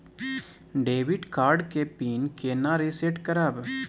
Debit card के PIN केना reset करब?